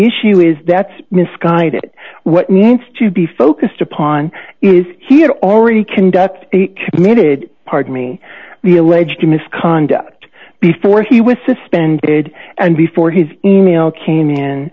issue is that's misguided what needs to be focused upon is he had already conduct committed pardon me the alleged misconduct before he was suspended and before his e mail came in